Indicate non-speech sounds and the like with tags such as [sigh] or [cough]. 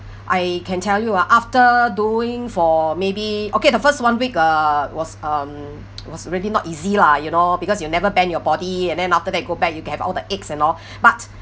I can tell you ah after doing for maybe okay the first one week uh was um [noise] was really not easy lah you know because you never bend your body and then after that go back you have all the aches and all but